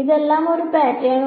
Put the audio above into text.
ഇതിനെല്ലാം ഒരു പാറ്റേൺ ഉണ്ട്